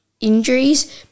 injuries